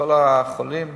מכל החולים